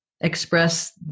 express